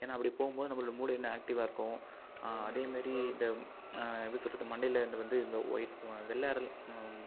ஏன்னா அப்படி போகும்போது நம்ம மூளை இன்னும் ஆக்ட்டிவ்வாக இருக்கு அதேமாரி இந்த எப்படி சொல்லுறது மண்டைலேர்ந்து வந்து இந்த ஒயிட் வெள்லாரல்